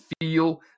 feel